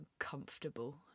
uncomfortable